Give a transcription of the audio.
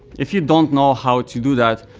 if you don't know how to do that,